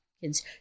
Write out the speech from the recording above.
kids